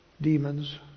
Demons